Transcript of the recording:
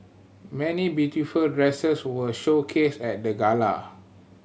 many beautiful dresses were showcased at the gala